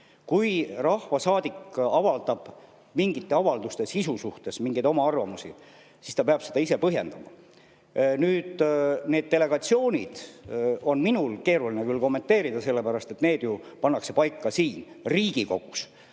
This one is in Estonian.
Kui rahvasaadik avaldab mingite avalduste sisu suhtes mingeid oma arvamusi, siis ta peab neid ise põhjendama. Nüüd, neid delegatsioone on minul küll keeruline kommenteerida, sellepärast et need pannakse ju paika siin Riigikogus,